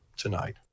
tonight